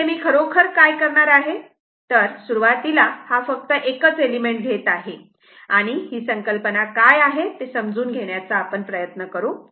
इथे मी खरोखर काय करणार आहे तर सुरुवातीला हा फक्त एकच एलिमेंट घेत आहे आणि ही संकल्पना काय आहे ते समजून घेण्याचा प्रयत्न करू